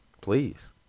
please